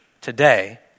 today